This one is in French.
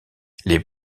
les